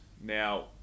Now